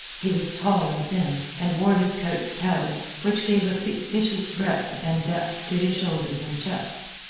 he was tall and thin, and wore his coats padded, which gave a fictitious breadth and depth to his shoulders and chest.